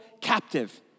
captive